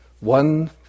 One